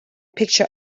picture